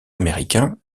américains